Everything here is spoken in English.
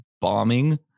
bombing